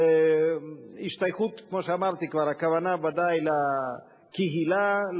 כמו שאמרתי הכוונה בוודאי להשתייכות לקהילה,